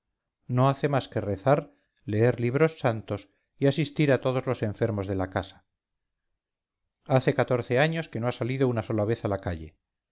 no hace más que rezar leer libros santos y asistir a todos los enfermos de la casa hace catorce años que no ha salido una sola vez a la calle